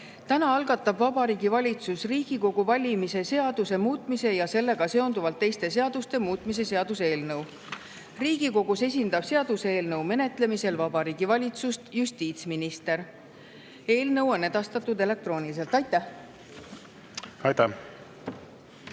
Täna algatab Vabariigi Valitsus Riigikogu valimise seaduse muutmise ja sellega seonduvalt teiste seaduste muutmise seaduse eelnõu. Riigikogus esindab seaduseelnõu menetlemisel Vabariigi Valitsust justiitsminister. Eelnõu on edastatud elektrooniliselt. Aitäh! Austatud